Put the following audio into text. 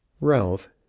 Ralph